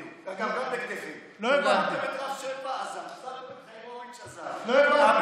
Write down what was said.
שמתם את רם שפע, עזב, שמתם את, לא הבנתי,